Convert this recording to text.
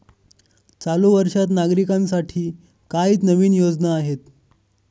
चालू वर्षात नागरिकांसाठी काय नवीन योजना आहेत?